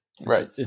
Right